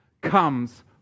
comes